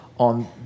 on